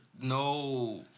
no